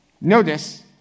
Notice